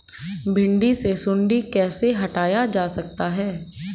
भिंडी से सुंडी कैसे हटाया जा सकता है?